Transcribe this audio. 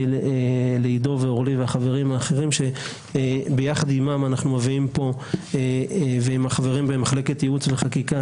לעידו ולאורלי ולחברים האחרים שביחד עם החברים ממחלקת ייעוץ וחקיקה,